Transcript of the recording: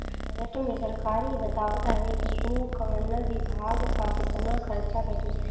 budget में सरकार इ बतावत हवे कि उ कवना विभाग पअ केतना खर्चा करी